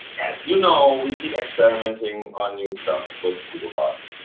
as you know, we keep experimenting on new stuff with googlebot,